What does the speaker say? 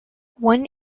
one